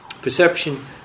Perception